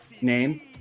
Name